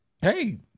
hey